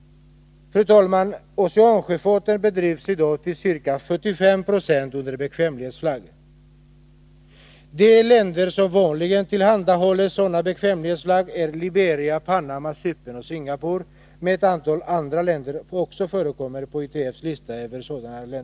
Fru talman! Oceansjöfarten bedrivs i dag till ca 45 26 under bekvämlighetsflagg. De länder som vanligen tillhandahåller bekvämlighetsflagg är Liberia, Panama, Cypern och Singapore, men också ett antal andra länder förekommer på ITF:s lista.